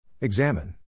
Examine